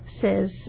says